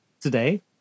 today